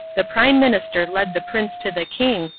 the prime minister led the prince to the king,